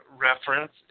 reference